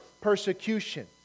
persecution